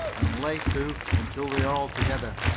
and lay to until we are all together.